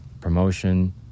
promotion